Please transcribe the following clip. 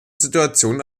situationen